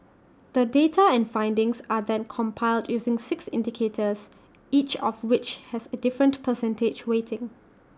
the data and findings are then compiled using six indicators each of which has A different percentage weighting